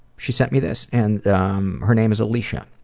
she sent me this and um her name is alicia.